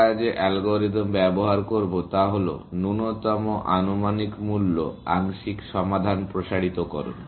আমরা যে অ্যালগরিদম ব্যবহার করব তা হল ন্যূনতম আনুমানিক মূল্য আংশিক সমাধান প্রসারিত করণ